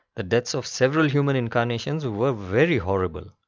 the deaths of several human incarnations were very horrible.